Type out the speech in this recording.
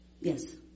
Yes